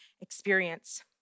experience